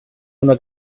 una